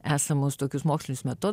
esamus tokius mokslinius metodus